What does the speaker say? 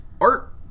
art